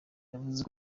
yavuze